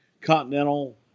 continental